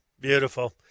Beautiful